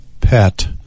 pet